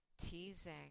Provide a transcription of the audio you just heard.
teasing